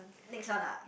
next one ah